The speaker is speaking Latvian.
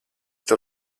tev